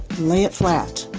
lay it flat.